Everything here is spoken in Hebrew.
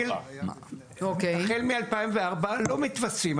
החל משנת 2004 לא מתווספים,